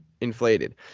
inflated